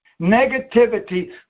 Negativity